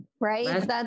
right